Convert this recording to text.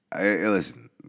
Listen